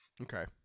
Okay